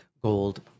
gold